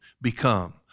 become